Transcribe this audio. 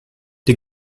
die